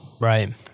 Right